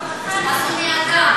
אתה שונא אדם.